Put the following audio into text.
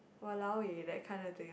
!walao! eh that kind of thing